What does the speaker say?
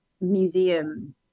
museum